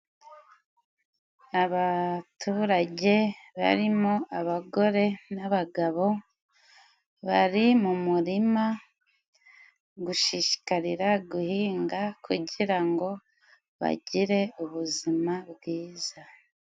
Abaturage barimo abagore n'abagabo bari mu murima gushishikarira guhinga kugira ngo bagire ubuzima bwiza.